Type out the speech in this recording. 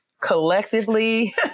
collectively